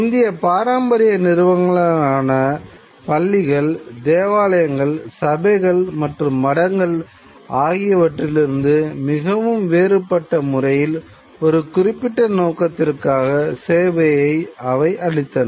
முந்தைய பாரம்பரிய நிறுவனங்களான பள்ளிகள் தேவாலயங்கள் சபைகள் மற்றம் மடங்கள் ஆகியவற்றிலிருந்து மிகவும் வேறுபட்ட முறையில் ஒரு குறிப்பிட்ட நோக்கத்திற்காக சேவையை அவை அளித்தன